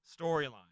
Storyline